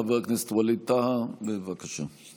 חבר הכנסת ווליד טאהא, בבקשה.